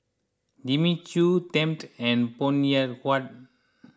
Jimmy Choo Tempt and Phoon Huat